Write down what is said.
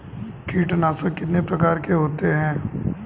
कीटनाशक कितने प्रकार के होते हैं?